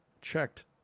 checked